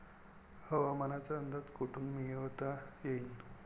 हवामानाचा अंदाज कोठून मिळवता येईन?